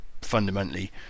fundamentally